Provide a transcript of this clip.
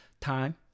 time